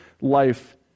life